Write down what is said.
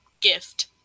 gift